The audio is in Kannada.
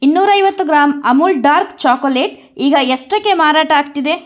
ಇನ್ನೂರ ಐವತ್ತು ಗ್ರಾಮ್ ಅಮೂಲ್ ಡಾರ್ಕ್ ಚಾಕೋಲೇಟ್ ಈಗ ಎಷ್ಟಕ್ಕೆ ಮಾರಾಟ ಆಗ್ತಿದೆ